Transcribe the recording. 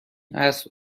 اسب